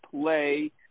play